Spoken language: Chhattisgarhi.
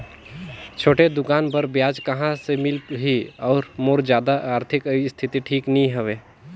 छोटे दुकान बर ब्याज कहा से मिल ही और मोर जादा आरथिक स्थिति ठीक नी हवे?